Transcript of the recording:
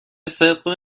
صدق